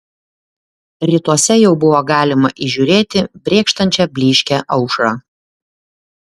rytuose jau buvo galima įžiūrėti brėkštančią blyškią aušrą